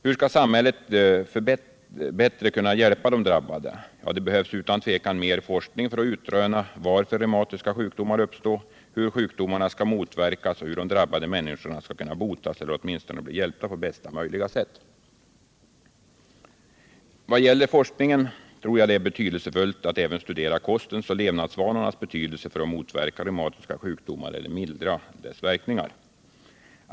Hur skall samhället bättre kunna hjälpa de drabbade? Det behövs utan tvekan mer forskning för att utröna varför reumatiska sjukdomar uppstår, hur sjukdomarna skall motverkas och hur de drabbade människorna skall kunna botas eller åtminstone bli hjälpta på bästa möjliga sätt. Vad gäller forskning tror jag att det är betydelsefullt att även studera kostens och levnadsvanornas betydelse för att motverka reumatiska sjukdomar eller mildra deras verkningar.